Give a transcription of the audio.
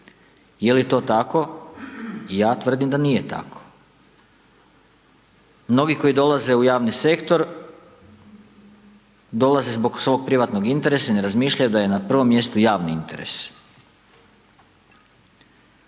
Je li to tako? Ja tvrdim da nije tako. Novi koji dolaze u javni sektor, dolaze zbog svog privatnog interesa i ne razmišljaju da je na prvom mjestu javni interes.